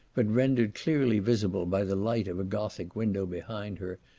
but rendered clearly visible by the light of a gothic window behind her,